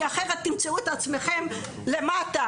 כי אחרת תמצאו את עצמכם למטה.